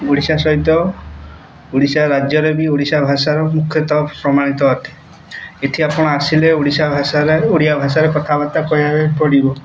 ଓଡ଼ିଶା ସହିତ ଓଡ଼ିଶା ରାଜ୍ୟରେ ବି ଓଡ଼ିଶା ଭାଷାର ମୁଖ୍ୟତଃ ପ୍ରମାଣିତ ଅଛି ଏଇଠି ଆପଣ ଆସିଲେ ଓଡ଼ିଶା ଭାଷାରେ ଓଡ଼ିଆ ଭାଷାରେ କଥାବାର୍ତ୍ତା କହିବାପାଇଁ ପଡ଼ିବ